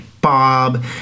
bob